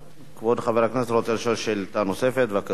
כבוד חבר הכנסת רוצה לשאול שאלה נוספת, בבקשה.